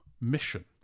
mission